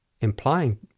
implying